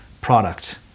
product